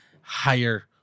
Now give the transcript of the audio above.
higher